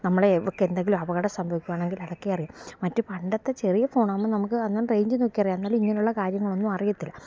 നമുക്കെന്തെങ്കിലും അപകടം സംഭവിക്കുവാണെങ്കിൽ അതൊക്കെ അറിയാം മറ്റ് പണ്ടത്തെ ചെറിയ ഫോൺ ആവുമ്പോൾ നമുക്ക് റേഞ്ച് നോക്കിയാൽ അറിയാം എന്നാലും ഇങ്ങനുള്ള കാര്യങ്ങളൊന്നും അറിയത്തില്ല